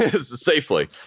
safely